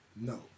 No